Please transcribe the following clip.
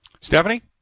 Stephanie